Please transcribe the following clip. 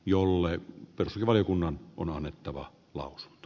jollei persi valiokunnan on annettava laavut